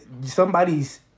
somebody's